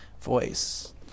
voice